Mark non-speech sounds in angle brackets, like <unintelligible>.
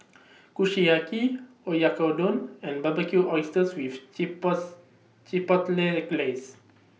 <noise> Kushiyaki Oyakodon and Barbecued Oysters with <unintelligible> Chipotle Glaze